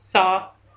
sort of